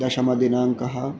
दशमदिनाङ्कः